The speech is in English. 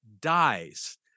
dies